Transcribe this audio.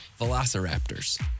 velociraptors